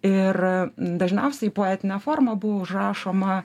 ir dažniausiai poetine forma buvo užrašoma